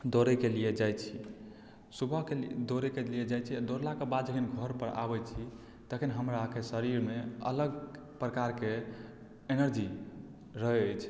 दौड़ैकेँ लिए जाइ छी सुबहकेँ दौड़ैकेँ लिए जाइ छी आ दौड़लाकेँ बाद जखन घर पर आबै छी तखन अहाँकेँ हमरा शरीरमे अलग प्रकारकेँ एनर्जी रहै अछि